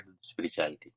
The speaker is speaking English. spirituality